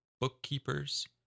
bookkeepers